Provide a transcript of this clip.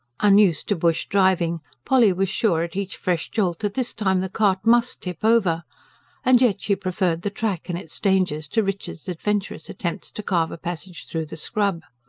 unused to bush driving, polly was sure at each fresh jolt that this time the cart must tip over and yet she preferred the track and its dangers to richard's adventurous attempts to carve a passage through the scrub.